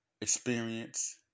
experience